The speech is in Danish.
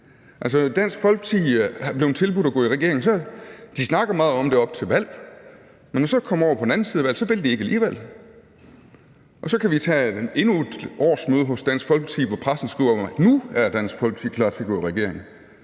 Dansk Folkeparti har fået tilbud om at gå i regering, og de snakker meget om det op til valg, men når man så kommer over på den anden side af valget, vil de ikke alligevel. Så kan vi tage endnu et årsmøde hos Dansk Folkeparti, hvor pressen skriver, at nu er Dansk Folkeparti klar til at gå i regering.